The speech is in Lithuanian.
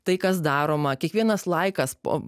tai kas daroma kiekvienas laikas po